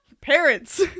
Parents